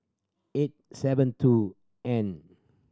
eight seven two N